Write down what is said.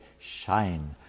Shine